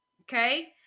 okay